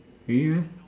really meh